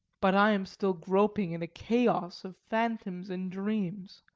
but i am still groping in a chaos of phantoms and dreams,